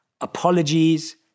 apologies